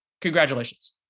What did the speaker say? Congratulations